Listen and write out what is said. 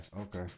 okay